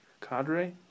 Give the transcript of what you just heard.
Cadre